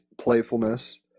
playfulness